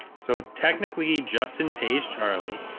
so technically ii justin paige charlie